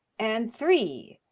and three.